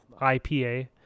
IPA